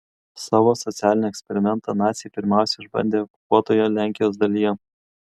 savo socialinį eksperimentą naciai pirmiausia išbandė okupuotoje lenkijos dalyje